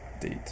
date